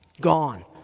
Gone